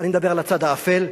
אני מדבר על הצד האפל,